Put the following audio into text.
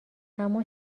اما